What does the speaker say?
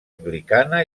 anglicana